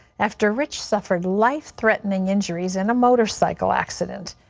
after rich suffered life threatening injuries in a motorcycle accident.